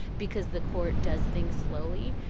because the court does things slowly.